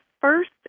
first